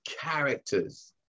characters